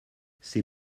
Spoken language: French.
c’est